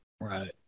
Right